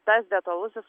tas detalusis